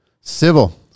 Civil